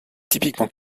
typiquement